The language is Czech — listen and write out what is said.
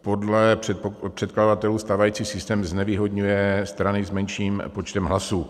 Podle předkladatelů stávající systém znevýhodňuje strany s menším počtem hlasů.